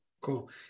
Cool